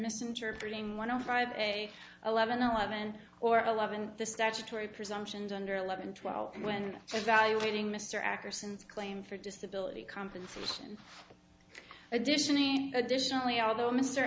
misinterpreting one on friday eleven eleven or eleven the statutory presumptions under eleven twelve when evaluating mr akerson claim for disability compensation additionally additionally although m